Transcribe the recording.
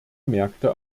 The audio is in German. märkte